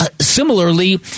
Similarly